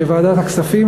בוועדת הכספים,